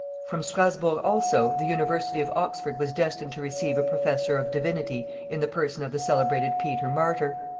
from strasburg also the university of oxford was destined to receive a professor of divinity in the person of the celebrated peter martyr.